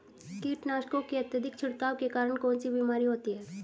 कीटनाशकों के अत्यधिक छिड़काव के कारण कौन सी बीमारी होती है?